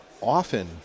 Often